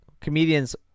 comedians